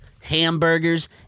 hamburgers